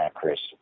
Chris